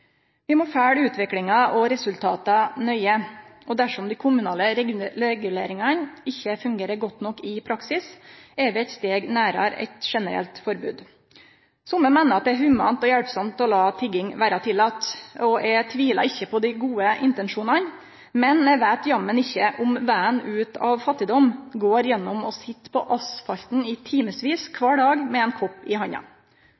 Vi må følgje utviklinga og resultata nøye, og om dei kommunale reguleringane ikkje fungerer godt nok i praksis, er vi eit steg nærare eit generelt forbod. Somme meiner at det er humant og hjelpsamt å la tigging vere tillate. Eg tvilar ikkje på dei gode intensjonane. Men eg veit jammen ikkje om vegen ut av fattigdom går gjennom å sitje på asfalten i